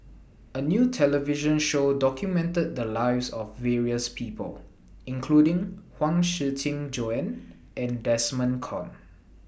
A New television Show documented The Lives of various People including Huang Shiqi Joan and Desmond Kon